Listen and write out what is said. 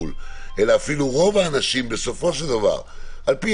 אלא אפילו רוב האנשים בסופו של דבר על פי